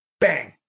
Bang